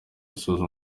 gusoza